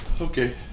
Okay